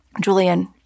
Julian